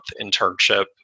internship